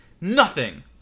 Nothing